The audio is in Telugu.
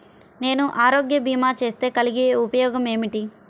నేను ఆరోగ్య భీమా చేస్తే కలిగే ఉపయోగమేమిటీ?